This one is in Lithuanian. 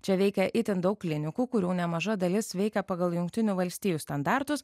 čia veikia itin daug klinikų kurių nemaža dalis veikia pagal jungtinių valstijų standartus